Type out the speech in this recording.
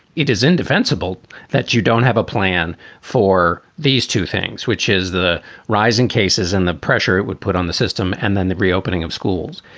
it is indefensible that you don't have a plan for these two things, which is the rising cases and the pressure it would put on the system and then the reopening of schools.